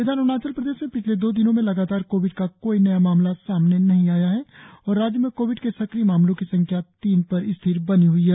इधर अरुणाचल प्रदेश में पिछले दो दिनों में लगातार कोविड का कोई नया मामला सामने नहीं आया है और राज्य में कोविड के सक्रिय मामला की संख्या तीन है